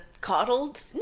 coddled